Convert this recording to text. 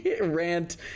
rant